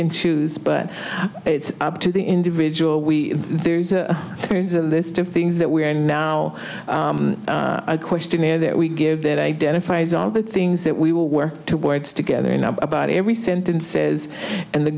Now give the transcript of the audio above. and choose but it's up to the individual we there's a there's a list of things that we're in now a questionnaire that we give that identifies all the things that we will work towards together in about every sentences and the